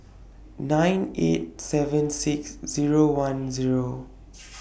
nine eight seven six Zero one Zero